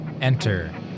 Enter